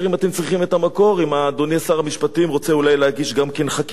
אם אדוני שר המשפטים רוצה אולי להגיש גם כן חקירה נגד זוהיר אנדראוס.